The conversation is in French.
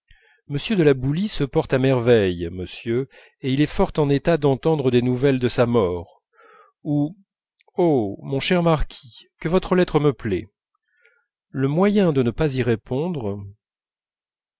m de la boulie se porte à merveille monsieur et il est fort en état d'entendre des nouvelles de sa mort ou oh mon cher marquis que votre lettre me plaît le moyen de ne pas y répondre